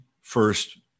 first